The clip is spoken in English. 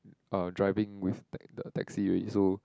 uh driving with like the taxi already so